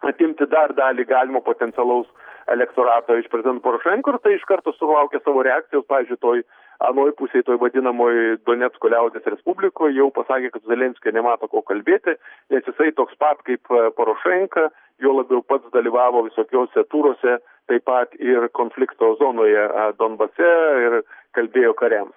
atimti dar dalį galimo potencialaus elektorato iš prezidento porošenko ir tai iš karto sulaukė savo reakcijos pavyzdžiuj toj anoj pusėj toj vadinamoj donecko liaudies respublikoj jau pasakė kad zelenskio nemato kalbėti nes jisai toks pat kaip porošenka juo labiau pats dalyvavo visokiuose turuose taip pat ir konflikto zonoje donbase ir kalbėjo kariams